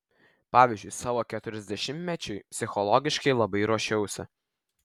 pavyzdžiui savo keturiasdešimtmečiui psichologiškai labai ruošiausi